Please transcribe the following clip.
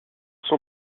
son